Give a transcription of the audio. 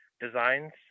designs